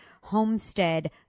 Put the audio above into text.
Homestead